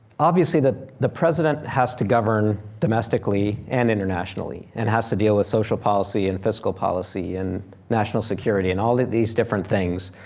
obviously that the president has to govern domestically and internationally. and has to deal with social policy and fiscal policy and national security and all of these different things.